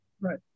Right